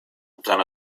than